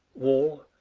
wall,